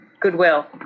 Goodwill